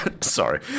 sorry